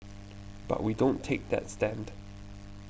but we don't take that stand